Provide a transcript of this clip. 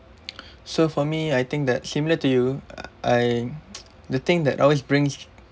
so for me I think that similar to you I the thing that always brings